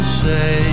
say